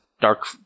Dark